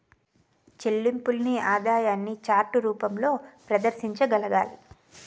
చెల్లింపుల్ని ఆదాయాన్ని చార్ట్ రూపంలో ప్రదర్శించగలగాలి